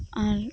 ᱟᱨ